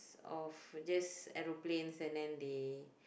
of just aeroplane and then they